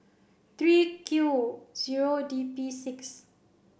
three Q zero D P six